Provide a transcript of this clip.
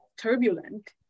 turbulent